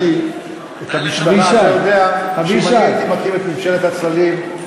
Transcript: אתה יודע שאם אני הייתי מקים את ממשלת הצללים,